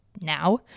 now